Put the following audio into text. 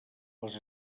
les